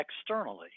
externally